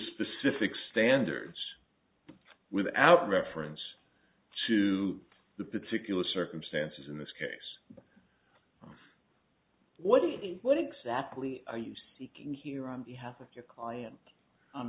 specific standards without reference to the particular circumstances in this case what it is what exactly are you seeking here on behalf of your client